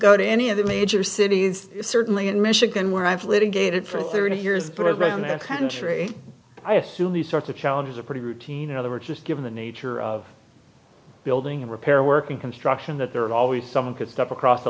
go to any of the major cities certainly in michigan where i've live in gated for thirty years progress on the country i assume these sorts of challenges are pretty routine in other words just given the nature of building repair work in construction that there are always someone could step across the